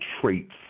traits